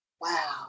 Wow